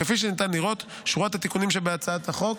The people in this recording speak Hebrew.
כפי שניתן לראות, שורת התיקונים שבהצעת החוק